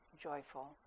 joyful